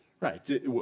right